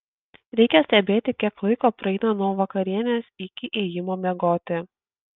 reikia stebėti kiek laiko praeina nuo vakarienės iki ėjimo miegoti